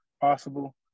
possible